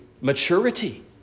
maturity